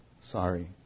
sorry